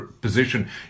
position